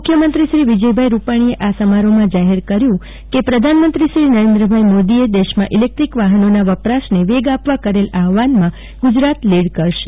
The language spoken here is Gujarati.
મુખ્યમંત્રી શ્રી વિજયભાઈ રૂપાણીએ આ સમારોફમાં જાહેર કર્યું કે પ્રધાનમંત્રીશ્રી નરેન્દ્રભાઈ મોદી એ દેશમાં ઇલેક્ટ્રીક વાફનોના વપરાશ ને વેગ આપવા કરેલા આહ્વાનમાં ગુજરાત લીડ લેશે